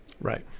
right